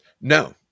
No